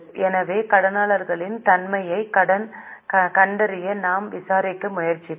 எனவே கடனாளர்களின் தன்மையைக் கண்டறிய நாம் விசாரிக்க முயற்சிப்போம்